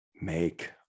make